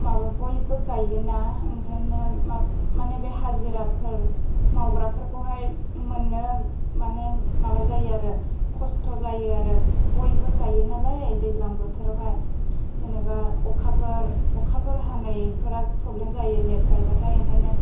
माबा बयबो गायोना ओंखायनो माने बे हाजिराफोर मावग्रा फोरखौहाय मोन्नो माने माबा जायो आरो खस्ट' जायो आरो बयबो गायो नालाय दैज्लां बोथोरावहाय जेनेबा अखाफोर हानायफोरा प्रबलेम जायो लेट गाइबाथाय ओंखायनो